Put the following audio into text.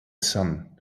son